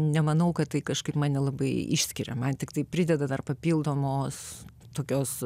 nemanau kad tai kažkaip man nelabai išskiria man tiktai prideda dar papildomos tokios